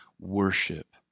worship